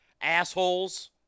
Assholes